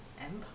empire